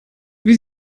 wie